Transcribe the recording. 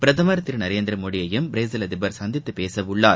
பிரதமர் திரு நரேந்திரமோடியையும் பிரேஸில் அதிபர் சந்தித்து பேசவுள்ளார்